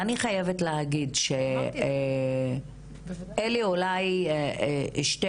אני חייבת להגיד שאלה אולי שתי